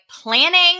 planning